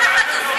מה עושים?